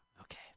Okay